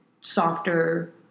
softer